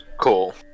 cool